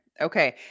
Okay